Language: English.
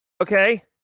okay